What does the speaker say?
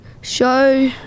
Show